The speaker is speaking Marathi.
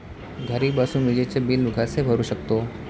घरी बसून विजेचे बिल कसे भरू शकतो?